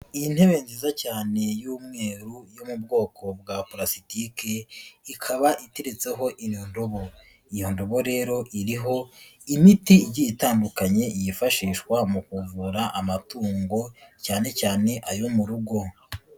Intebe nziza cyane y'umweru yo mu bwoko bwa pulasitike, ikaba iteretseho iyo ndobo, iyo ndobo rero iriho imiti igiye itandukanye yifashishwa mu kuvura amatungo, cyane cyane ayo mu rugo.